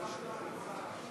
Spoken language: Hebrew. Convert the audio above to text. רבותי, להלן תוצאות ההצבעה,